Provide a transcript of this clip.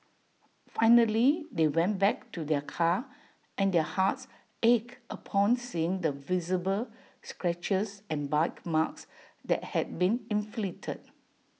finally they went back to their car and their hearts ached upon seeing the visible scratches and bite marks that had been inflicted